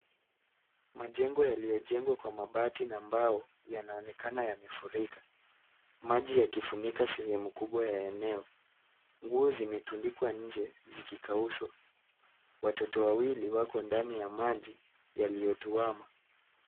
Majengo yaliyojengwa kwa mabati na mbao yanaonekana yamefurika, maji yakifunika sehemu kubwa ya eneo. Nguo zimetundikwa nje zikikaushwa. Watoto wawili wako ndani ya maji yaliyotuwama.